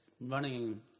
running